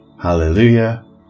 Hallelujah